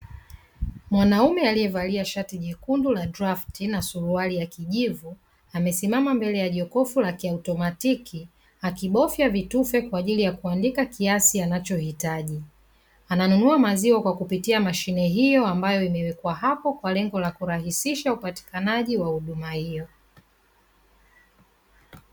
Mwanaume aliyevalia shati jekundu ya drafti na suruali ya kijivu amesimama mbele ya jokofu la kiaotomatiki akibofya vitufe kwa ajili ya kuandika kiasi anachohitaji, ananunua maziwa kwa kupitia mashine hiyo ambayo imewekwa hapo kwa lengo la kurahisisha upatikanaji wa huduma hiyo.